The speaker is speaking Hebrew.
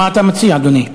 מה אתה מציע, אדוני?